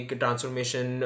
transformation